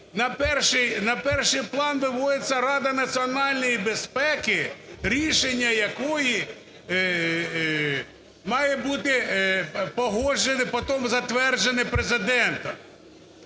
на першій план виводиться Рада національної безпеки, рішення якої має бути погоджено, потім затверджено Президентом.